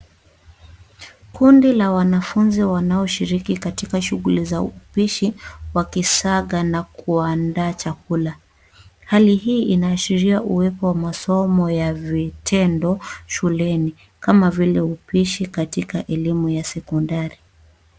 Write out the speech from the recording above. Kundi la wanafunzi wanaoshiriki katika shughuli za upishi wakisaga na kuandaa chakula. Hali hii inaashiria uwepo wa masomo ya vitendo shuleni, kama vile upishi katika shule ya sekondari.